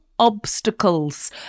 obstacles